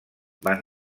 van